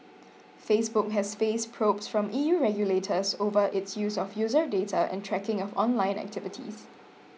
Facebook has faced probes from E U regulators over its use of user data and tracking of online activities